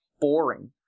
boring